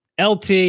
LT